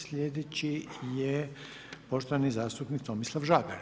Slijedeći je poštovani zastupnik Tomislav Žagar.